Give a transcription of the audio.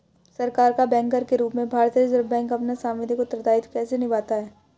सरकार का बैंकर के रूप में भारतीय रिज़र्व बैंक अपना सांविधिक उत्तरदायित्व कैसे निभाता है?